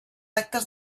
actes